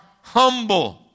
humble